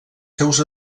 seus